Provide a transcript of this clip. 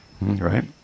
right